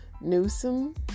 Newsom